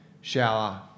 shower